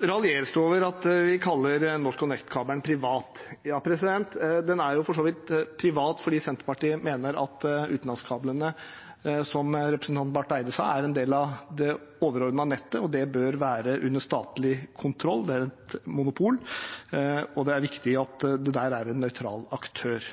raljeres det over at vi kaller NorthConnect-kabelen privat. Ja, den er jo for så vidt privat, for Senterpartiet mener at utenlandskablene, som representanten Barth Eide sa, er en del av det overordnede nettet, og det bør være under statlig kontroll. Det er et monopol. Og det er viktig at det der er en nøytral aktør.